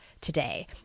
today